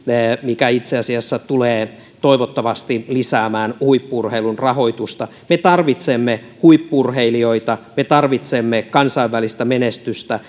mikä itse asiassa tulee toivottavasti lisäämään huippu urheilun rahoitusta me tarvitsemme huippu urheilijoita me tarvitsemme kansainvälistä menestystä